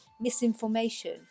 misinformation